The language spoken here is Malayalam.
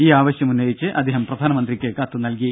ഈ ആവശ്യം ഉന്നയിച്ച് അദ്ദേഹം പ്രധാനമന്ത്രിക്ക് കത്തു നൽകി